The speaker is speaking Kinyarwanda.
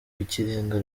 rw’ikirenga